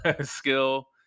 skill